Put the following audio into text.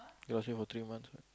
it was there for three months